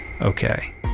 Okay